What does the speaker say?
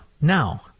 now